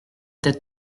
tête